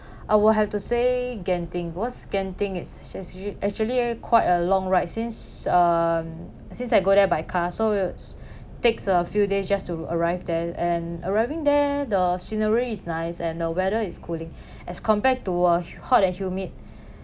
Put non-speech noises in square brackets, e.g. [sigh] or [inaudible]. uh I will have to say genting because genting it's just u~ actually a quite a long ride since um since I go there by car so takes a few days just to arrive there and arriving there the scenery is nice and the weather is cooling [breath] as compared to a hot and humid